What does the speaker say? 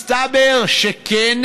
מסתבר שכן,